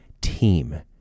team